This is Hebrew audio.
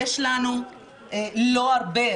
יש לנו לא הרבה,